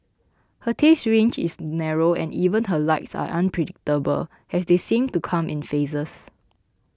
her taste range is narrow and even her likes are unpredictable as they seem to come in phases